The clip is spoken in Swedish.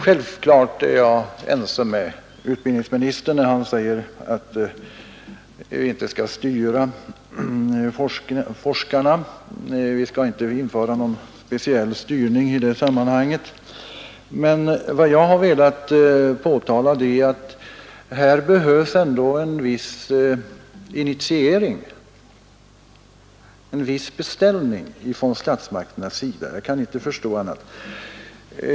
Självfallet är jag ense med utbildningsministern när han säger att vi inte skall styra forskarna. Vi skall inte införa någon speciell styrning i sammanhanget, men vad jag har velat påtala är att här behövs en viss initiering, en beställning från statsmakternas sida. Jag kan inte förstå annat.